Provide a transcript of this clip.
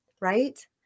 Right